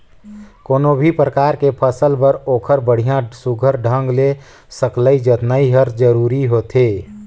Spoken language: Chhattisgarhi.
कोनो भी परकार के फसल बर ओखर बड़िया सुग्घर ढंग ले सकलई जतनई हर जरूरी होथे